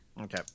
Okay